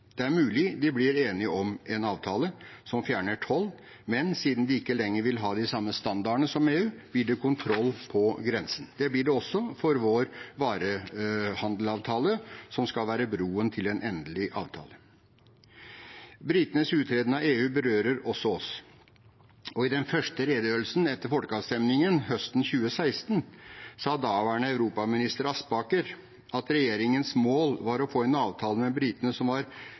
Det er mulig de blir enige om en avtale som fjerner toll, men siden de ikke lenger vil ha de samme standardene som EU, blir det kontroll på grensen. Det blir det også for vår varehandelavtale, som skal være broen til en endelig avtale. Britenes uttreden av EU berører også oss. I den første redegjørelsen etter folkeavstemningen høsten 2016 sa daværende europaminister Aspaker at regjeringens mål var å få en avtale med britene